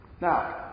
Now